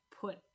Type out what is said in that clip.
put